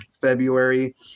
February